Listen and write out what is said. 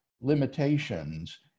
limitations